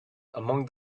among